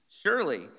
Surely